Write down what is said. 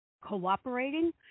cooperating